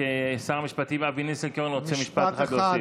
שר המשפטים אבי ניסנקורן רוצה משפט אחד להוסיף.